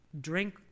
drink